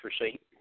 receipt